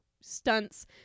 stunts